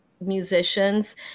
musicians